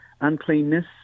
uncleanness